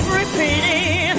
repeating